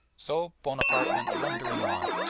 so bonaparte went blundering on.